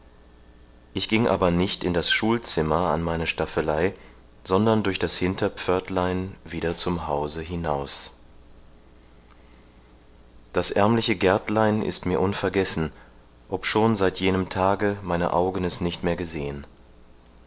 ich ging aber nicht in das schulzimmer an meine staffelei sondern durch das hinterpförtlein wieder zum hause hinaus das ärmliche gärtlein ist mir unvergessen obschon seit jenem tage meine augen es nicht mehr gesehen